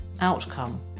outcome